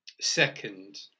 second